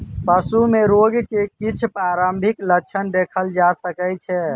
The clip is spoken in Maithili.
पशु में रोग के किछ प्रारंभिक लक्षण देखल जा सकै छै